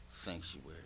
sanctuary